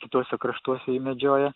šituose kraštuose jį medžioja